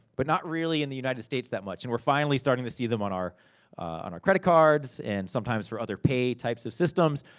but not really in the united states that much. and we're finally starting to see them on our on our credit cards, and sometimes for other pay-types of systems.